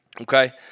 okay